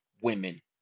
women